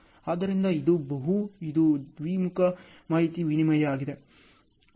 ಆದ್ದರಿಂದ ಇದು ಬಹು ಇದು ದ್ವಿಮುಖ ಮಾಹಿತಿ ವಿನಿಮಯವಾಗಿದೆ